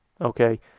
Okay